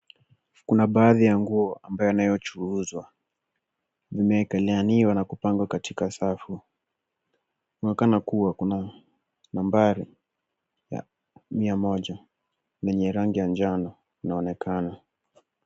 Kuna baadhi ya nguo ambayo inayochuuzwa. Limeekeleaniwa na kupangwa katika safu. Kunaonekana kuwa kuna nambari ya mia moja yenye rangi ya njano inaonekana.